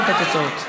התוצאות?